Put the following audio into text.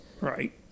Right